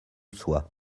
sois